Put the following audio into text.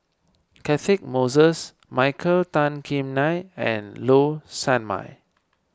Catchick Moses Michael Tan Kim Nei and Low Sanmay